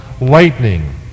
lightning